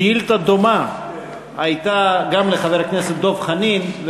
שאילתה דומה הייתה גם לחבר הכנסת דב חנין,